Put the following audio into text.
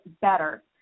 better